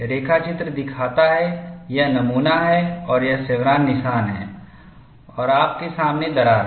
रेखाचित्र दिखाता है यह नमूना है और यह शेवरॉन निशान है और आपके सामने दरार है